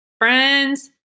friends